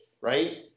right